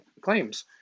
claims